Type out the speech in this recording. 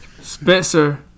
Spencer